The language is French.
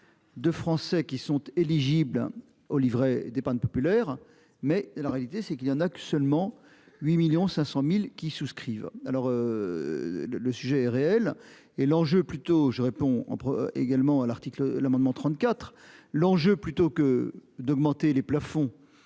De Français qui sont éligibles au livret d'épargne populaire. Mais la réalité c'est qu'il y en a que seulement 8.500.000 qui souscrivent alors. Le, le sujet est réel et l'enjeu plutôt je réponds entre également à l'article l'amendement 34. L'enjeu, plutôt que d'augmenter les plafonds